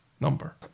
number